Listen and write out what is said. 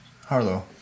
Harlow